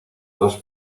dos